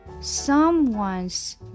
someone's